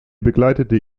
begleitete